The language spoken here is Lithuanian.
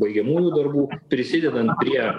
baigiamųjų darbų prisidedant prie